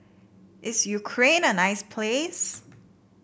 is Ukraine a nice place